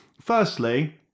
Firstly